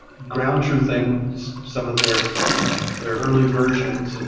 ground truthing some of their their early versions, and